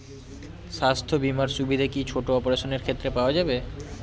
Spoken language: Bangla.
স্বাস্থ্য বীমার সুবিধে কি ছোট অপারেশনের ক্ষেত্রে পাওয়া যাবে?